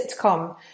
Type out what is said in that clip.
sitcom